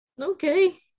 Okay